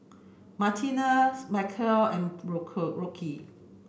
Martina Maceo and Rocky